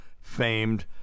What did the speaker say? famed